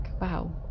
wow